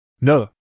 No